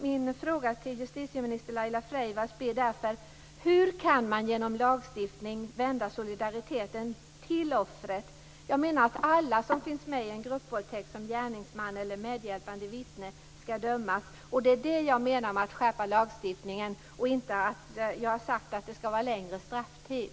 Min fråga till justitieminister Laila Freivalds blir därför: Hur kan man genom lagstiftning vända solidariteten till offret? Jag menar att alla som finns med i en gruppvåldtäkt som gärningsman eller medhjälpande vittne skall dömas. Det är det jag menar med att skärpa lagstiftningen, och inte att det skall vara längre strafftid.